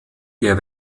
der